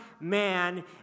man